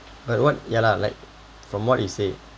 but what ya lah like from what he said